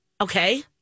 Okay